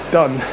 done